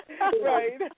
right